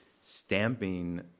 stamping